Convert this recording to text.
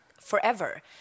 forever